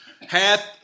hath